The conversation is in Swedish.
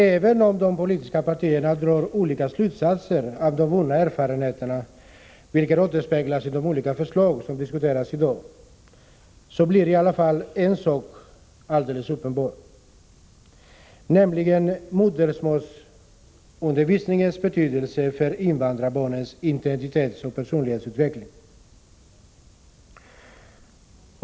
Även om de politiska partierna drar olika slutsatser av de vunna erfarenheterna, vilket återspeglas i de förslag som diskuteras i dag, blir i alla fall en sak alldeles uppenbar, nämligen modersmålsundervisningens betydelse för invandrarbarnens identitetsoch personlighetsutveckling.